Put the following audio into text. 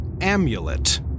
amulet